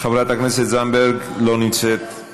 חברת הכנסת זנדברג, אינה נוכחת;